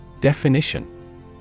Definition